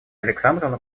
александровна